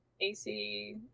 AC